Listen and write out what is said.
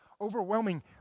overwhelming